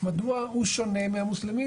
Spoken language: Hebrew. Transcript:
יש עוד הרבה עיסוקים.